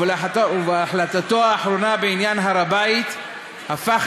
ובהחלטתו האחרונה בעניין הר-הבית הפך